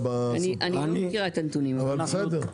ברור.